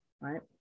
right